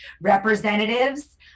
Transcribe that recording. representatives